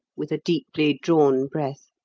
with a deeply drawn breath.